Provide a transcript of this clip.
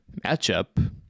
matchup